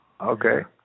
okay